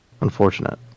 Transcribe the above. unfortunate